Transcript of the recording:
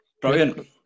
Brilliant